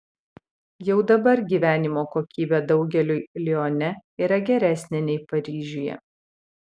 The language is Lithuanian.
jau dabar gyvenimo kokybė daugeliui lione yra geresnė nei paryžiuje